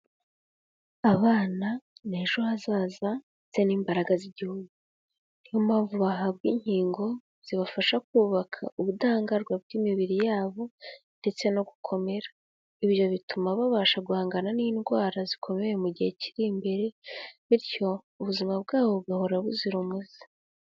Abana n'ejo hazaza ndetse n'imbaraga z'igihugu niyo mpamvu bahabwa inkingo zibafasha kubaka ubudahangarwa bw'imibiri yabo, ndetse no gukomera, ibyo bituma babasha guhangana n'indwara zikomeye mu gihe kiri imbere, bityo ubuzima bwabo bugahora buzira umuze.